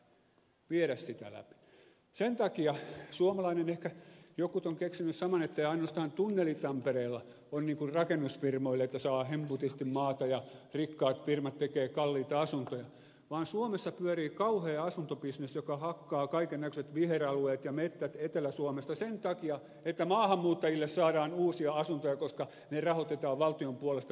jotkut ovat keksineet saman että ei ole ainoastaan tunneli tampereella rakennusfirmoille se että saa hemputisti maata ja rikkaat firmat tekevät kalliita asuntoja vaan suomessa pyörii kauhea asuntobisnes joka hakkaa kaikennäköiset viheralueet ja metsät etelä suomesta sen takia että maahanmuuttajille saadaan uusia asuntoja koska niitä rahoitetaan valtion puolesta niin että maahanmuuttajat muuttaisivat sinne